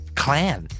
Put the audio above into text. clan